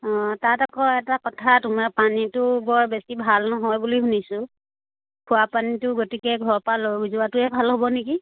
অঁ তাত আকৌ এটা কথা তোমাৰ পানীটো বৰ বেছি ভাল নহয় বুলি শুনিছোঁ খোৱা পানীটো গতিকে ঘৰৰ পৰা লগ হৈ যোৱাটোৱে ভাল হ'ব নেকি